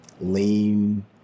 lean